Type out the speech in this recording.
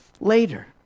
later